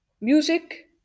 music